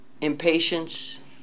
impatience